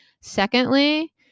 Secondly